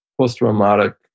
post-traumatic